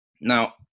Now